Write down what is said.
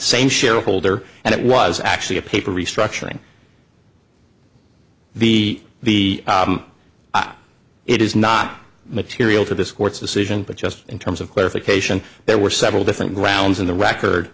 same shareholder and it was actually a paper restructuring the the it is not material to this court's decision but just in terms of clarification there were several different grounds in the record